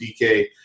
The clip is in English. DK